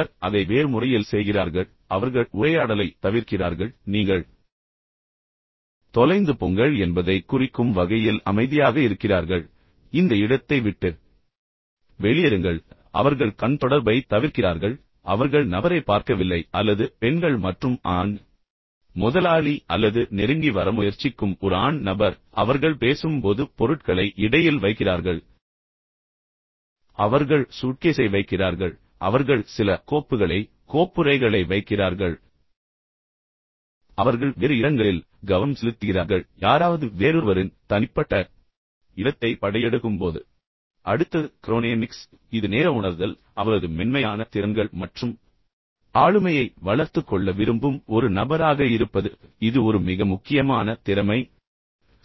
சிலர் அதை வேறு முறையில் செய்கிறார்கள் அவர்கள் உரையாடலைத் தவிர்க்கிறார்கள் நீங்கள் தொலைந்து போங்கள் என்பதைக் குறிக்கும் வகையில் அமைதியாக இருக்கிறார்கள் முடிந்தவரை விரைவாக இந்த இடத்தை விட்டு வெளியேறுங்கள் அவர்கள் கண் தொடர்பைத் தவிர்க்கிறார்கள் அவர்கள் நபரைப் பார்க்கவில்லை அல்லது பெண்கள் மற்றும் ஆண் முதலாளி அல்லது நெருங்கி வர முயற்சிக்கும் ஒரு ஆண் நபர் அவர்கள் பேசும் போது பொருட்களை இடையில் வைக்கிறார்கள் அவர்கள் ஒரு கோப்புறையை வைக்கிறார்கள் அவர்கள் சூட்கேஸை வைக்கிறார்கள் அவர்கள் சில கோப்புகளை வைக்கிறார்கள் மேலும் அவர்கள் வேறு இடங்களில் கவனம் செலுத்துகிறார்கள் எனவே யாராவது வேறொருவரின் தனிப்பட்ட இடத்தை படையெடுக்கும்போது அடுத்தது க்ரோனேமிக்ஸ் இது நேர உணர்தல் மற்றும் அவரது மென்மையான திறன்கள் மற்றும் ஆளுமையை வளர்த்துக் கொள்ள விரும்பும் ஒரு நபராக இருப்பது இது ஒரு மிக முக்கியமான திறமை மற்றும்